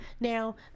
Now